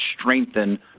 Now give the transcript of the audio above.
strengthen